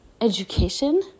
education